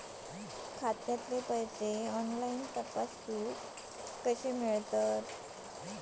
खात्यातले पैसे ऑनलाइन तपासुक कशे मेलतत?